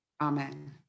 amen